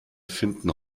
finden